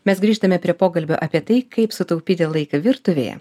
mes grįžtame prie pokalbio apie tai kaip sutaupyti laiką virtuvėje